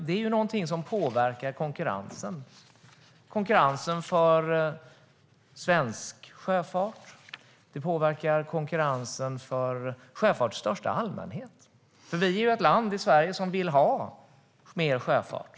Det är ju någonting som påverkar konkurrensen för svensk sjöfart och för sjöfarten i största allmänhet. Sverige är ett land som vill ha mer sjöfart.